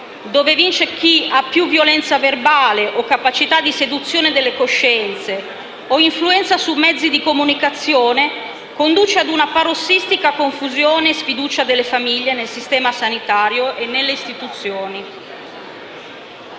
dove vince chi ha più violenza verbale o capacità di seduzione delle coscienze o influenza sui mezzi di comunicazione, conduce a una parossistica confusione e sfiducia delle famiglie nel sistema sanitario e nelle istituzioni.